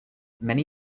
many